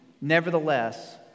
Nevertheless